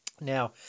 Now